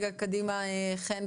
חן,